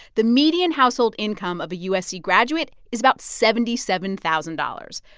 the median household income of a usc graduate is about seventy seven thousand dollars,